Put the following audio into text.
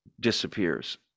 disappears